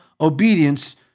obedience